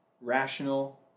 rational